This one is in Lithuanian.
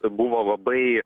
buvo labai